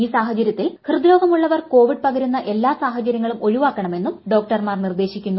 ഈ സാഹചര്യത്തിൽ ഹൃദ്രോഗമുള്ളവർ കോവിഡ് പകരുന്ന എല്ലാ സാഹചര്യങ്ങളും ഒഴിവാക്കണമെന്നും ഡോക്ടർമാർ നിർദേശിക്കുന്നു